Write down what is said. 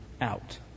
out